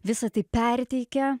visa tai perteikia